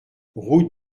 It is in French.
route